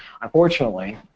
Unfortunately